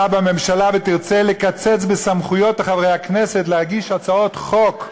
בממשלה ותרצה לקצץ בסמכות חברי הכנסת להגיש הצעות חוק,